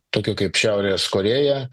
tokių kaip šiaurės korėja